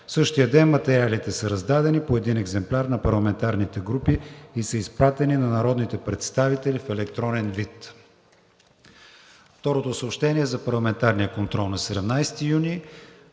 същия ден материалите са раздадени – по един екземпляр на парламентарните групи и са изпратени на народните представители в електронен вид. Второто съобщение е за Парламентарния контрол на 17 юни